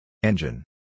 Engine